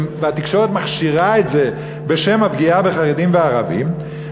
והתקשורת מכשירה את זה בשם הפגיעה בחרדים ובערבים,